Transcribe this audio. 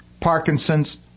Parkinson's